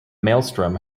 maelstrom